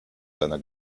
seiner